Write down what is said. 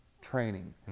training